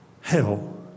Hell